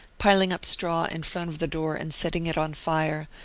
piling up straw in front of the door and setting it on fire,